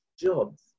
jobs